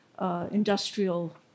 industrial